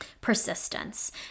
persistence